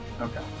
Okay